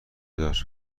دار